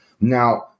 now